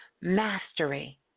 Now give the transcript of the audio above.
mastery